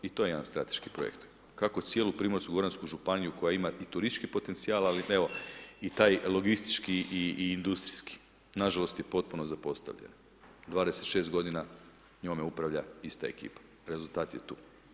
I to je jedan strateški projekt kako cijelu Primorsko-goransku županiju koja ima i turistički potencijal ali evo i taj logistički i industrijski, nažalost je potpuno zapostavljena, 26 godina njome upravlja ista ekipa, rezultat je tu.